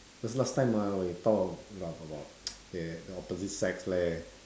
cause last time ah when you talk or laugh about the opposite sex leh